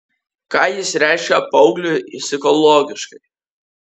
ką jis reiškia paaugliui psichologiškai